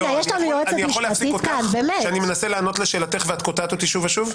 אני יכול להפסיק אותך כשאני מנסה לענות לשאלתך ואת קוטעת אותי שוב ושוב?